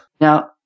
Now